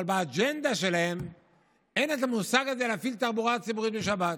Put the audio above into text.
אבל באג'נדה שלהם אין המושג הזה של להפעיל תחבורה ציבורית בשבת.